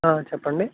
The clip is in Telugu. చెప్పండి